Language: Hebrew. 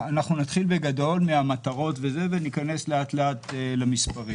אנחנו נתחיל מהמטרות וניכנס לאט לאט למספרים.